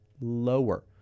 lower